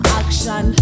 action